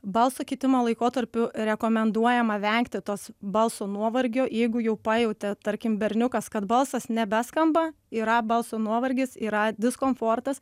balso kitimo laikotarpiu rekomenduojama vengti tos balso nuovargio jeigu jau pajautė tarkim berniukas kad balsas nebeskamba yra balso nuovargis yra diskomfortas